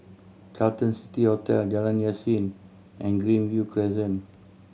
Carlton City Hotel Jalan Yasin and Greenview Crescent